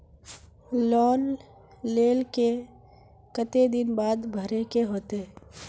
Loan लेल के केते दिन बाद भरे के होते?